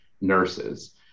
nurses